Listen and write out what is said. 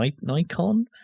Nikon